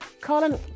Colin